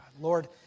Lord